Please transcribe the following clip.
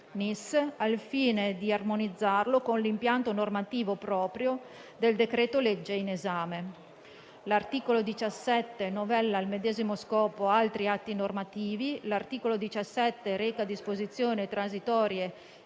al fine di armonizzarlo con l'impianto normativo proprio del decreto-legge in esame. L'articolo 16 novella al medesimo scopo altri atti normativi. L'articolo 17 reca disposizioni transitorie